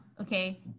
okay